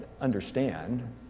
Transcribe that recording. understand